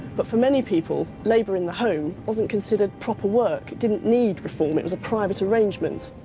but for many people labour in the home wasn't considered proper work, it didn't need reform, it was a private arrangement.